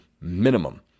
minimum